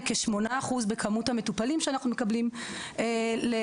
של כ-8% בכמות המטופלים שאנחנו מקבלים לטיפול.